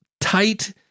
tight